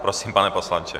Prosím, pane poslanče.